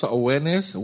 awareness